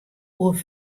oer